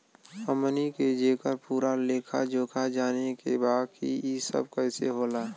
हमनी के जेकर पूरा लेखा जोखा जाने के बा की ई सब कैसे होला?